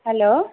hello